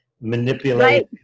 manipulate